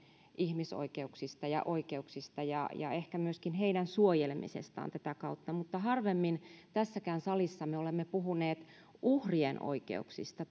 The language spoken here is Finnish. ihmisoikeuksista ja oikeuksista ja ja ehkä myöskin heidän suojelemisestaan tätä kautta mutta harvemmin tässäkään salissa me olemme puhuneet uhrien oikeuksista